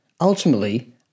ultimately